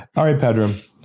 all right pedram.